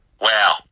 Wow